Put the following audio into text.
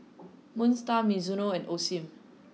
Moon Star Mizuno and Osim